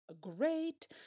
great